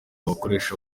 abakoresha